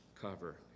cover